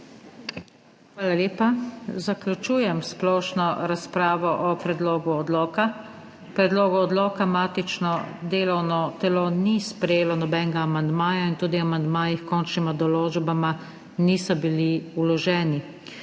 Hvala lepa. Zaključujem splošno razpravo o predlogu odloka. Predlogu odloka matično delovno telo ni sprejelo nobenega amandmaja in tudi amandmaji h končnima določbama niso bili vloženi.